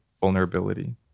vulnerability